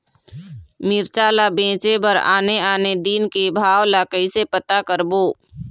मिरचा ला बेचे बर आने आने दिन के भाव ला कइसे पता करबो?